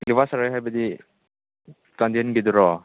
ꯍꯥꯏꯕꯗꯤ ꯆꯥꯟꯗꯦꯜꯒꯤꯗꯨꯔꯣ